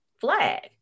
flag